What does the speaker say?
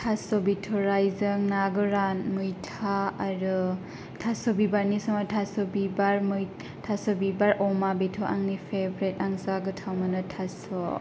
थास' बिथ'रायजों ना गोरान मैथा आरो थास' बिबारनि समाव थास' बिबार मै थास' बिबार अमा बेथ आंनि फेब्रेट आं जा गोथाव मोनो थास'